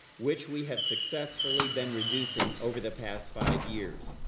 which we have successfully been reducing over the past five years.